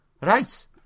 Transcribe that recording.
right